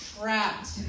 trapped